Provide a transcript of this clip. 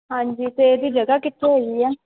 ਹਾਂਜੀ ਅਤੇ ਇਹਦੀ ਜਗ੍ਹਾ ਕਿੱਥੋਂ ਹੋਈ ਹੈ